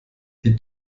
die